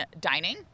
dining